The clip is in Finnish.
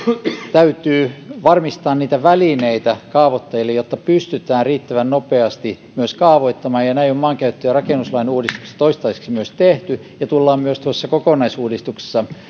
täytyy varmistaa välineitä kaavoittajille jotta pystytään riittävän nopeasti myös kaavoittamaan näin on maankäyttö ja rakennuslain uudistuksessa toistaiseksi tehty ja näin tullaan myös kokonaisuudistuksessa